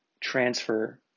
transfer